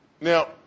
Now